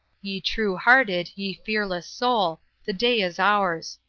ye true-hearted, ye fearless soul the day is ours.